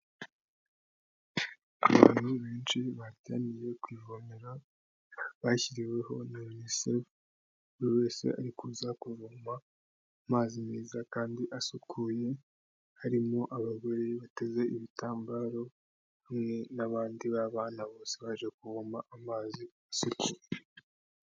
Abantu benshi bateraniye ku ivomera bashyiriweho na unisefu, buri wese ari kuza kuvoma amazi meza kandi asukuye. Harimo abagore bateze ibitambaro hamwe n'abandi ba bana, bose baje kuvoma amazi asukuye.